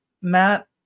Matt